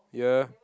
ya